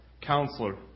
Counselor